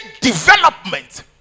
development